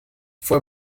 fue